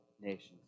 nations